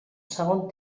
segon